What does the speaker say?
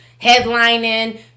headlining